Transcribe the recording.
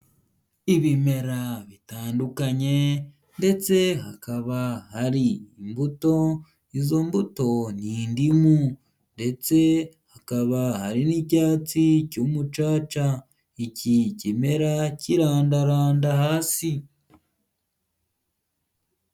Ibimera bitandukanye ndetse hakaba hari imbuto, izo mbuto n'indimu ndetse hakaba hari n'icyatsi cy'umucaca iki kimera kirandaranda hasi.